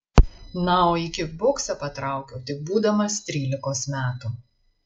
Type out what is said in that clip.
na o į kikboksą patraukiau tik būdamas trylikos metų